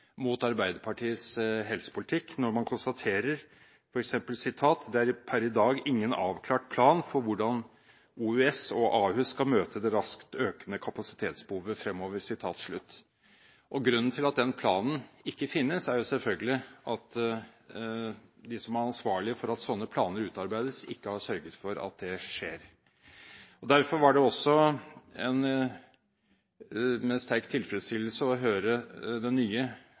mot Arbeiderpartiets helsepolitikk når man konstaterer: «Det er pr. i dag ingen avklart plan for hvordan OUS og Ahus skal møte det raskt økende kapasitetsbehovet framover.» Grunnen til at den planen ikke finnes, er selvfølgelig at de som er ansvarlige for at slike planer utarbeides, ikke har sørget for at det skjer. Derfor var det også med sterk tilfredsstillelse å høre den nye